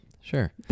Sure